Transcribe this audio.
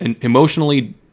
emotionally